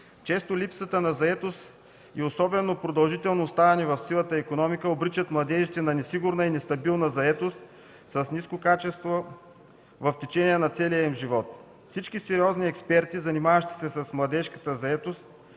Често липсата на заетост и особено продължителното оставане в сивата икономика обричат младежите на несигурна и нестабилна заетост с ниско качество в течение на целия им живот. Всички сериозни експерти, занимаващи се с младежката заетост,